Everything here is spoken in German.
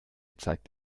zeigt